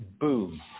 boom